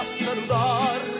saludar